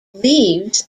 leaves